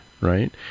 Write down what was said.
right